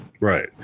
Right